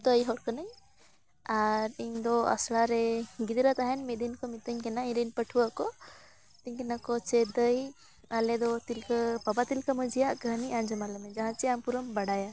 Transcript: ᱫᱟᱹᱭ ᱦᱚᱲ ᱠᱟᱹᱱᱟᱹᱧ ᱟᱨ ᱤᱧ ᱫᱚ ᱟᱥᱲᱟᱨᱮ ᱜᱤᱫᱽᱨᱟᱹ ᱛᱟᱦᱮᱱ ᱢᱤᱫ ᱫᱤᱱ ᱠᱚ ᱢᱤᱛᱟᱹᱧ ᱠᱟᱱᱟ ᱤᱧᱨᱮᱱ ᱯᱟᱹᱴᱷᱩᱣᱟᱹ ᱠᱚ ᱢᱤᱛᱟᱹᱧ ᱠᱟᱱᱟ ᱠᱚ ᱪᱮ ᱫᱟᱹᱭ ᱟᱞᱮ ᱫᱚ ᱛᱤᱞᱠᱟᱹ ᱵᱟᱵᱟ ᱛᱤᱞᱠᱟᱹ ᱢᱟᱹᱡᱷᱤᱭᱟᱜ ᱠᱟᱹᱦᱱᱤ ᱟᱸᱡᱚᱢᱟᱞᱮᱢᱮ ᱡᱟᱦᱟᱸ ᱪᱮ ᱟᱢ ᱯᱩᱨᱟᱹᱢ ᱵᱟᱲᱟᱭᱟ